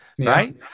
Right